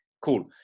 Cool